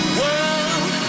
world